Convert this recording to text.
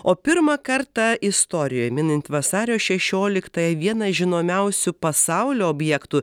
o pirmą kartą istorijoj minint vasario šešioliktąją vieną žinomiausių pasaulio objektų